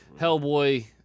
Hellboy